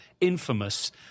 infamous